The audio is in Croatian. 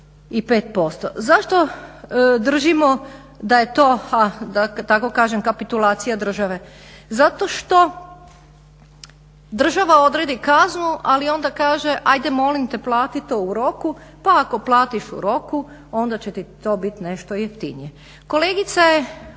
a da tako kažem kapitulacija države. Zato što država odredi kaznu ali onda kaže ajde molim te plati to u roku, pa ako platiš u roku onda će ti to biti nešto jeftinije.